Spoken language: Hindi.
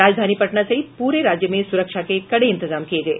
राजधानी पटना सहित पूरे राज्य में सुरक्षा के कड़े इंतजाम किये गये